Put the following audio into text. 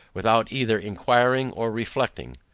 without either inquiring or reflecting.